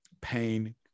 pain